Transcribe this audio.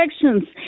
elections